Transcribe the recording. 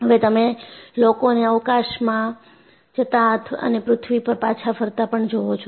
હવે તમે લોકોને અવકાશમાં જતા અને પૃથ્વી પર પાછા ફરતા પણ જોવો છો